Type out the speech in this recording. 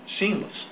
seamless